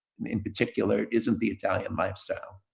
in particular isn't the italian lifestyle.